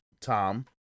Tom